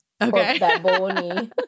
Okay